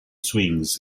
swings